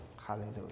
Hallelujah